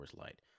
Light